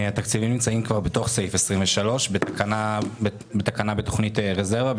התקציבים נמצאים כבר בתוך סעיף 23 בתכנית רזרבה,